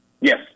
Yes